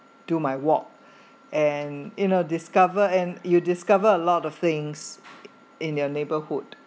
do my walk and you know discover and you discover a lot of things in your neighborhood